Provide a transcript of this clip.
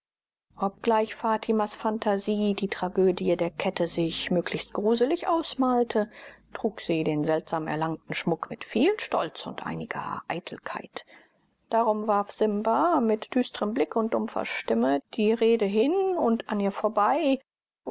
obgleich fatimas phantasie die tragödie der kette sich möglichst gruselig ausmalte trug sie den seltsam erlangten schmuck mit viel stolz und einiger eitelkeit darum warf simba mit düstrem blick und dumpfer stimme die rede hin und an ihr vorbei